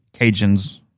Cajuns